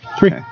three